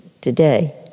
today